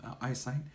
eyesight